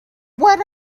what